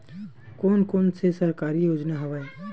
कोन कोन से सरकारी योजना हवय?